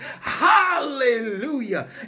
Hallelujah